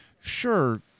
sure